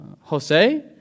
Jose